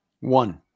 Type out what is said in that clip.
One